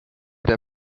der